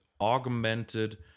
augmented